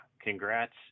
congrats